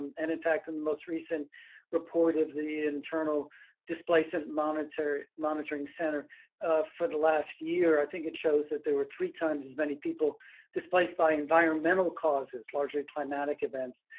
and in fact in the most recent report of the internal displacement monitoring monitoring center for the last year, i think it shows that there were three times as many people displaced by environmental causes, largely climatic events,